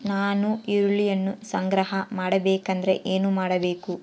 ನಾನು ಈರುಳ್ಳಿಯನ್ನು ಸಂಗ್ರಹ ಮಾಡಬೇಕೆಂದರೆ ಏನು ಮಾಡಬೇಕು?